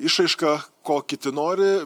išraiška ko kiti nori